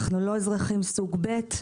אנחנו לא אזרחים סוג ב'.